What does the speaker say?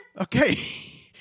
Okay